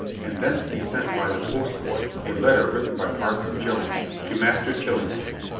and thence he sent by the postboy a letter written by parson jones to master chillingsworth.